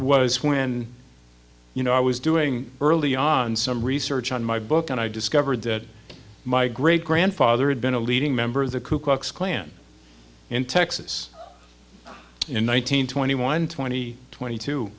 was when you know i was doing early on some research on my book and i discovered that my great grandfather had been a leading member of the ku klux klan in texas in one nine hundred twenty one twenty twenty two